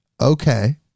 okay